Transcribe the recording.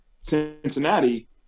Cincinnati